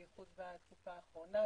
בייחוד בתקופה האחרונה,